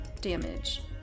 damage